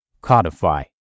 codify